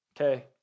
okay